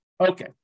Okay